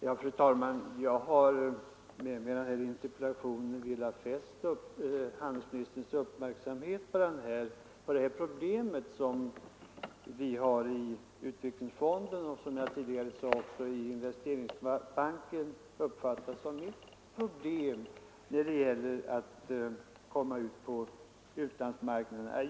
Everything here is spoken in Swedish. Fru talman! Jag har med min interpellation velat fästa handelsminis för mindre företag att exploatera terns uppmärksamhet på vad både utvecklingsfonden och, som jag tidigare nämnde, Investeringsbanken har uppfattat som ett problem när det gäller för innovatörer att komma ut på utlandsmarknaden.